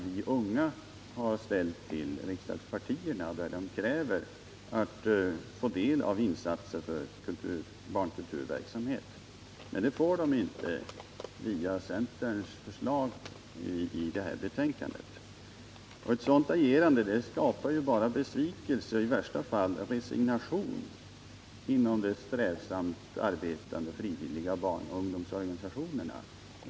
Vi unga har ställt till riksdagspartierna, där man kräver att få del av insatser för barnkulturverksamhet. Det får man inte via centerns förslag i detta betänkande. Ett sådant agerande skapar bara besvikelse, i värsta fall resignation inom de strävsamt arbetande frivilliga barnoch ungdomsorganisationerna.